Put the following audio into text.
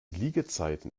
liegezeiten